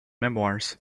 memoirs